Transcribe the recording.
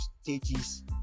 stages